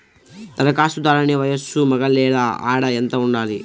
ధరఖాస్తుదారుని వయస్సు మగ లేదా ఆడ ఎంత ఉండాలి?